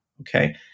Okay